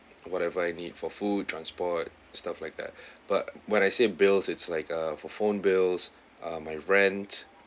whatever I need for food transport stuff like that but when I say bills it's like a for phone bills ah my rent